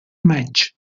match